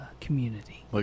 community